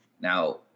Now